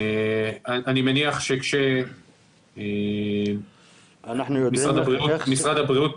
אני מניח שכאשר משרד הבריאות,